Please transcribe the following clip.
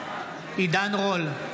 עידן רול,